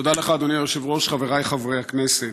תודה לך, אדוני היושב-ראש, חבריי חברי הכנסת,